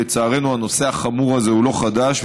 לצערנו הנושא החמור הזה הוא לא חדש,